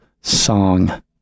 song